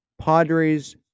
Padres